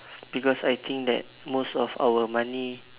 because I think that most of our money